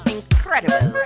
Incredible